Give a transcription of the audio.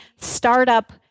startup